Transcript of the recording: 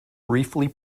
briefly